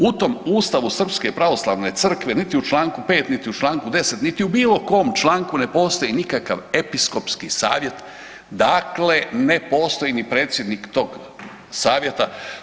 U tom ustavu srpske pravoslavne crkve niti u čl. 5.niti u čl. 10.niti u bilo kom članku ne postoji nikakav episkopski savjet, dakle ne postoji ni predsjednik tog savjeta.